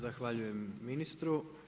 Zahvaljujem ministru.